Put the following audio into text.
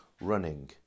running